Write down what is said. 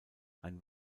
ein